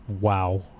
Wow